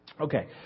Okay